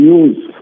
use